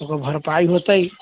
ओकर भरपाइ होतै